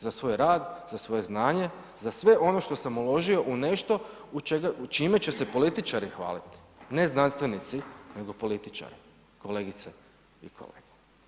Za svoj rad, za svoje znanje, za sve ono što sam uložio u nešto, u čime će se političari hvaliti, ne znanstvenici nego političari, kolegice i kolege.